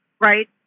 right